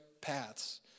paths